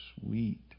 sweet